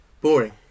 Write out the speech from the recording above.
boring